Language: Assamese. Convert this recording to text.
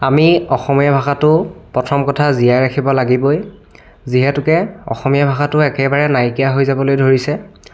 আমি অসমীয়া ভাষাটো প্ৰথম কথা জীয়াই ৰাখিব লাগিবই যিহেতুকে অসমীয়া ভাষাটো একেবাৰে নাইকিয়া হৈ যাবলৈ ধৰিছে